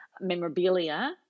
memorabilia